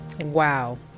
wow